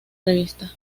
revista